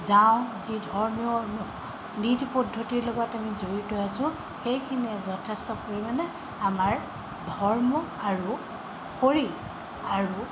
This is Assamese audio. যাওঁ যি ধৰ্মীয় নীতি পদ্ধতিৰ লগত আমি জড়িত আছোঁ সেইখিনিয়ে যথেষ্ট পৰিমাণে আমাৰ ধৰ্ম আৰু শৰীৰ আৰু